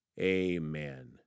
amen